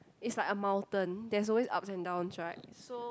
it's like a mountain there's always ups and downs right so